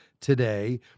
today